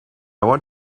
want